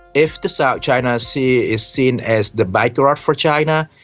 if the south china sea is seen as the backyard for china,